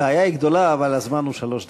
הבעיה היא גדולה, אבל הזמן הוא שלוש דקות.